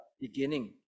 beginning